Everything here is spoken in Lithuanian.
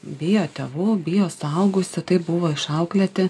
bijo tėvų bijo suaugusių taip buvo išauklėti